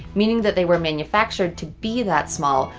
meaning that they were manufactured to be that small,